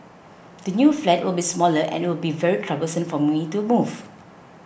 the new flat will be smaller and it will be very troublesome for me to move